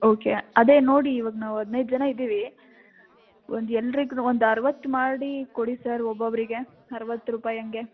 okay ಅದೇ ನೋಡಿ ಇವಾಗ ನಾವು ಹದಿನೈದು ಜನ ಇದ್ದೀವಿ ಒಂದು ಎಲ್ಲರಿಗೆ ಒಂದು ಅರವತ್ತು ಮಾಡಿಕೊಡಿ ಸರ್ ಒಬ್ಬೊಬ್ಬರಿಗೆ ಅರವತ್ತು ರೂಪಾಯಿ ಹಾಗೆ